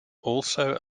also